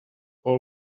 all